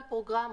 פרוגרמות,